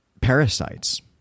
parasites